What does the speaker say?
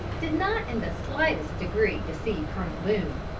did not in the slightest degree deceive colonel boone.